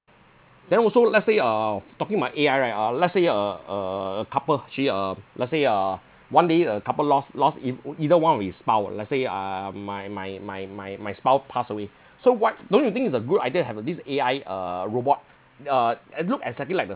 then also let's say uh talking about A_I right uh let's say a a couple actually uh let's say uh one day a couple lost lost ei~ either one of his spouse let's say um my my my my my spouse passed away so what don't you think it's a good idea have a this A_I uh robot uh and look exactly like the